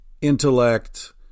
intellect